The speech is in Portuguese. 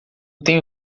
tenho